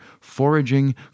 foraging